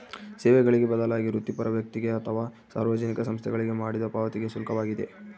ಸೇವೆಗಳಿಗೆ ಬದಲಾಗಿ ವೃತ್ತಿಪರ ವ್ಯಕ್ತಿಗೆ ಅಥವಾ ಸಾರ್ವಜನಿಕ ಸಂಸ್ಥೆಗಳಿಗೆ ಮಾಡಿದ ಪಾವತಿಗೆ ಶುಲ್ಕವಾಗಿದೆ